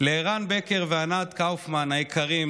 לערן בקר וענת קאופמן היקרים,